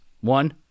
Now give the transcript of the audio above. One